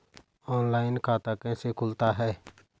Online खाता कैसे खुलता है?